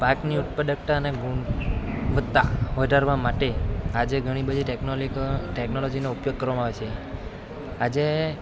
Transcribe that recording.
પાકની ઉત્પાદકતા અને ગુણવત્તા વધારવા માટે આજે ઘણી બધી ટેક્નોલોજીનો ઉપયોગ કરવા આવે છે આજે